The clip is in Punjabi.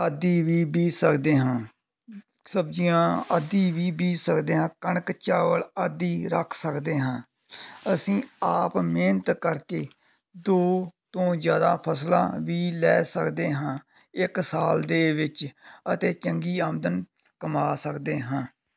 ਆਦੀ ਵੀ ਬੀਜ ਸਕਦੇ ਹਾਂ ਸਬਜ਼ੀਆਂ ਆਦਿ ਵੀ ਬੀਜ ਸਕਦੇ ਹਾਂ ਕਣਕ ਚੌਲ ਆਦਿ ਰੱਖ ਸਕਦੇ ਹਾਂ ਅਸੀਂ ਆਪ ਮਿਹਨਤ ਕਰਕੇ ਦੋ ਤੋਂ ਜ਼ਿਆਦਾ ਫਸਲਾਂ ਵੀ ਲੈ ਸਕਦੇ ਹਾਂ ਇੱਕ ਸਾਲ ਦੇ ਵਿੱਚ ਅਤੇ ਚੰਗੀ ਆਮਦਨ ਕਮਾ ਸਕਦੇ ਹਾਂ